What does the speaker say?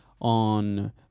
on